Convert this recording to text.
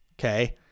okay